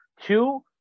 Two